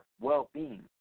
well-being